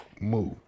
move